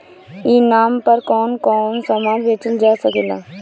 ई नाम पर कौन कौन समान बेचल जा सकेला?